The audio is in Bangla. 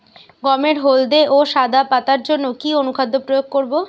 গমের হলদে ও সাদা পাতার জন্য কি অনুখাদ্য প্রয়োগ করব?